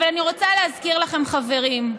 אבל אני רוצה להזכיר לכם, חברים,